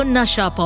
Nasha